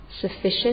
sufficient